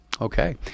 Okay